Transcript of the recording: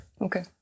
okay